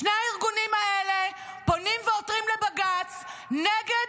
שני הארגונים האלה פונים לבג"ץ נגד